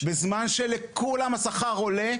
בזמן שלכולם השכר עולה,